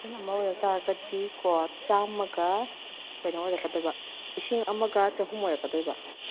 dozen ꯑꯃ ꯑꯣꯏꯕ ꯇꯥꯔꯒꯗꯤ ꯀꯣ ꯆꯥꯝꯃꯒ ꯀꯩꯅꯣ ꯑꯣꯏꯔꯛꯀꯗꯣꯏꯕ ꯂꯤꯁꯤꯡ ꯑꯃꯒ ꯆꯍꯨꯝ ꯑꯣꯏꯔꯛꯀꯗꯣꯏꯕ